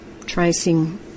tracing